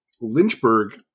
Lynchburg